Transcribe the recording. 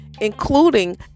including